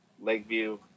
lakeview